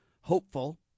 hopeful